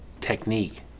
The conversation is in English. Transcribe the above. technique